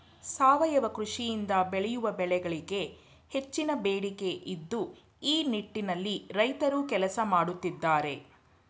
ಸಾವಯವ ಕೃಷಿಯಿಂದ ಬೆಳೆಯುವ ಬೆಳೆಗಳಿಗೆ ಹೆಚ್ಚಿನ ಬೇಡಿಕೆ ಇದ್ದು ಈ ನಿಟ್ಟಿನಲ್ಲಿ ರೈತ್ರು ಕೆಲಸ ಮಾಡತ್ತಿದ್ದಾರೆ